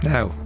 Now